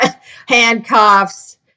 handcuffs